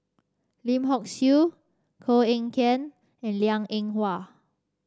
Lim Hock Siew Koh Eng Kian and Liang Eng Hwa